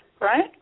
right